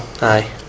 aye